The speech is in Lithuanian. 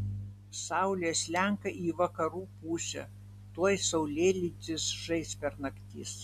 saulė slenka į vakarų pusę tuoj saulėlydis žais per naktis